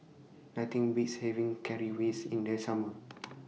Nothing Beats having Currywurst in The Summer